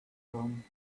done